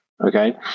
Okay